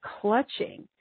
clutching